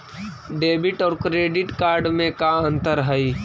Debit और credit card में का अंतर हइ?